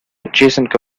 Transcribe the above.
adjacent